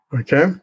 Okay